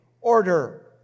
order